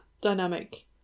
dynamic